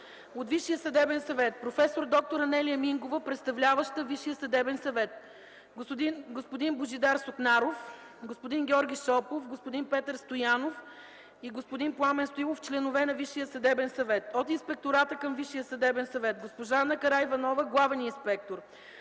от Висшия съдебен съвет – проф. д-р Анелия Мингова – представляваща Висшия съдебен съвет, господин Божидар Сукнаров, господин Георги Шопов, господин Петър Стоянов и господин Пламен Стоилов – членове на Висшия съдебен съвет; - от Инспектората към Висшия съдебен съвет – госпожа Ана Караиванова – главен инспектор,